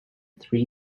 three